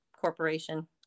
corporation